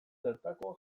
zartakoa